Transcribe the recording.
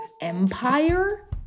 empire